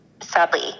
sadly